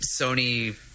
Sony